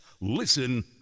Listen